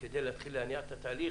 כדי להתחיל להניע את התהליך.